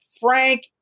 Frank